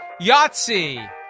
Yahtzee